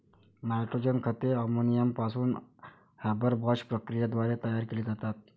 nitrogen खते ammonia पासून Haber Bosch प्रक्रियेद्वारे तयार केली जातात